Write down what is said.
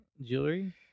jewelry